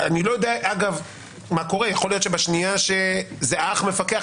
אני לא יודע מה קורה יכול להיות שבשנייה שהאח הוא זה שמפקח,